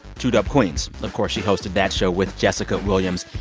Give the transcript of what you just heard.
two dope queens. of course, she hosted that show with jessica williams.